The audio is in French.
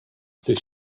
ces